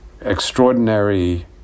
extraordinary